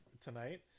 tonight